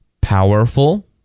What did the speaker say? powerful